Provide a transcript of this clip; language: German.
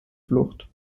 flucht